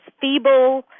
feeble